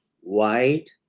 white